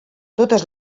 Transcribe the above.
totes